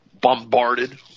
bombarded